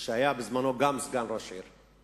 שהיה בזמנו גם סגן ראש העיר.